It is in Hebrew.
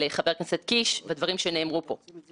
יהפכו לחקיקה אפקטיבית שתמנע את הכשל הבא.